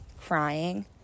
crying